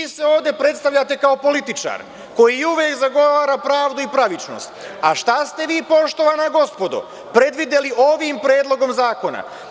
Vi se ovde predstavljate kao političar koji uvek zagovora pravdu i pravičnost, a šta ste vi, poštovana gospodo, predvideli ovim predlogom zakona?